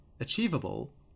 achievable